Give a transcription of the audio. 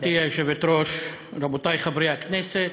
גברתי היושבת-ראש, רבותי חברי הכנסת,